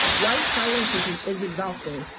white silence is exhausting,